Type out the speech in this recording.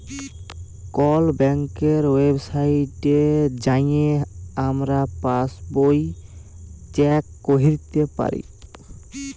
call ব্যাংকের ওয়েবসাইটে যাঁয়ে আমরা পাসবই চ্যাক ক্যইরতে পারি